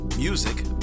Music